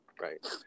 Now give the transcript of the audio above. Right